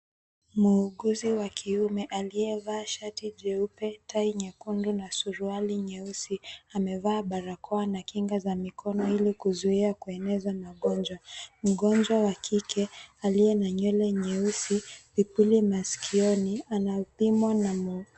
Muuguzi wa kiume aliyevalia shati jeupe na tai nyekundu na suruali nyeusi amevaa barakoa na kinga za mikono ili kuzuia kueneza magonjwa. Mgonjwa wa kike aliye na nywele nyeusi, vipuli masikioni anapimwa na mu.